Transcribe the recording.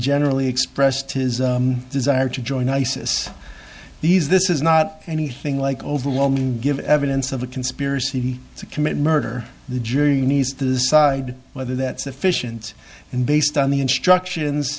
generally expressed his desire to join isis these this is not anything like overwhelming give evidence of a conspiracy to commit murder the jury nice decide whether that sufficient and based on the instructions